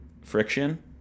friction